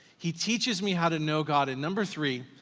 he teaches me how to know god in number three,